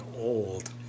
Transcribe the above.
old